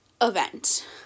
event